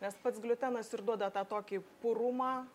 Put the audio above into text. nes pats gliutenas ir duoda tą tokį purumą